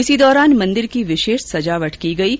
इस दौरान मंदिर की विशेष सजावट की गई थी